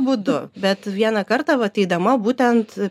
būdu bet vieną kartą vat eidama būtent